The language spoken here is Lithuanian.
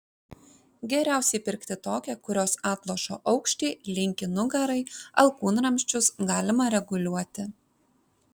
geriausiai pirkti tokią kurios atlošo aukštį linkį nugarai alkūnramsčius galima reguliuoti